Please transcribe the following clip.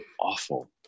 awful